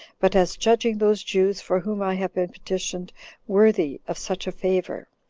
but as judging those jews for whom i have been petitioned worthy of such a favor,